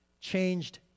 changed